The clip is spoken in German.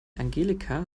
angelika